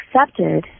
accepted